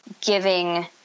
giving